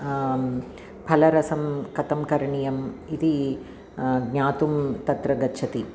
फलरसं कथं करणीयम् इति ज्ञातुं तत्र गच्छति